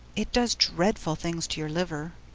it does dreadful things to your liver.